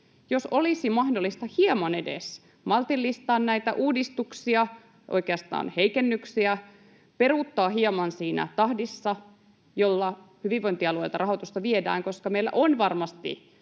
jos olisi mahdollista hieman edes maltillistaa näitä uudistuksia, oikeastaan heikennyksiä, peruuttaa hieman siinä tahdissa, jolla hyvinvointialueilta rahoitusta viedään. Nimittäin meillä on varmasti